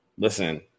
Listen